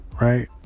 Right